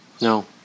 No